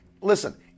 Listen